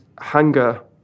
hunger